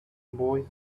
boy